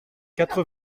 quatre